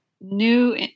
new